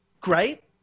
great